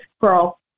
girl